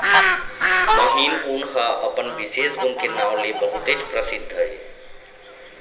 महीन ऊन ह अपन बिसेस गुन के नांव ले बहुतेच परसिद्ध हे